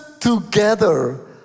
together